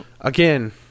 Again